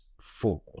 four